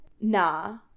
Nah